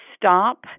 Stop